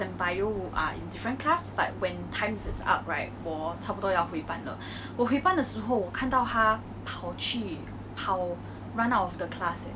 that time right she obviously number one is she's pregnant but number two is that time the class right